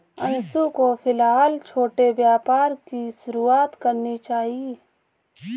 अंशु को फिलहाल छोटे व्यापार की शुरुआत करनी चाहिए